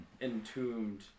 Entombed